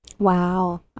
Wow